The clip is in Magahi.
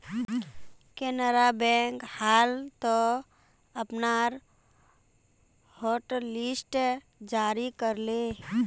केनरा बैंक हाल त अपनार हॉटलिस्ट जारी कर ले